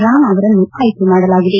ರಾಮ್ ಅವರನ್ನು ಆಯ್ತೆ ಮಾಡಲಾಗಿದೆ